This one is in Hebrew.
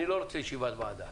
אני לא רוצה ישיבת ועדה.